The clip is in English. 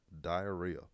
diarrhea